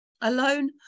Alone